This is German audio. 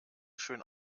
schön